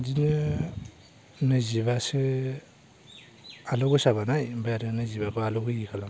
बिदिनो नैजिबासो आलौ गोसा बानाय आरो नैजिबाखौ आलौ होयि खालाम